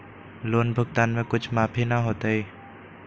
Loan भुगतान में कुछ माफी न होतई?